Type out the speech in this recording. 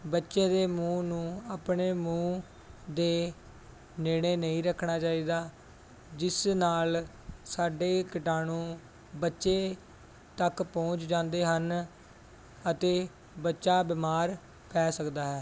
ਬੱਚੇ ਦੇ ਮੂੰਹ ਨੂੰ ਆਪਣੇ ਮੂੰਹ ਦੇ ਨੇੜੇ ਨਹੀਂ ਰੱਖਣਾ ਚਾਹੀਦਾ ਜਿਸ ਨਾਲ ਸਾਡੇ ਕੀਟਾਣੂ ਬੱਚੇ ਤੱਕ ਪਹੁੰਚ ਜਾਂਦੇ ਹਨ ਅਤੇ ਬੱਚਾ ਬਿਮਾਰ ਪੈ ਸਕਦਾ ਹੈ